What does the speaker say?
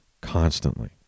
constantly